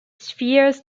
spheres